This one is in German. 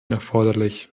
erforderlich